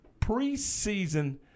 preseason